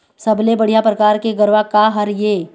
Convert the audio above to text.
सबले बढ़िया परकार के गरवा का हर ये?